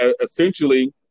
essentially